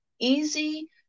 easy